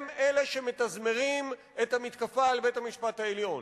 הם אלה שמתזמרים את המתקפה על בית-המשפט העליון.